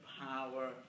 power